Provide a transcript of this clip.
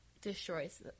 destroys –